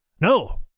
No